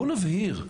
בואו נבהיר,